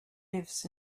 lives